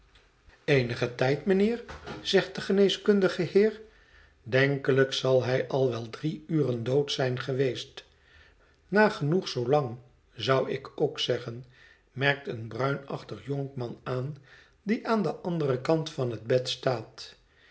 eenigen tijd mijnheer zegt de geneeskun dige heer denkelijk zal hij al wel drie uren dood zijn geweest nagenoeg zoolang zou ik ook zeggen merkt een bruinachtig jonkman aan die aan den anderen kant van het bed staat